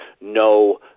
no